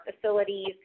facilities